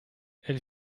elle